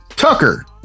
Tucker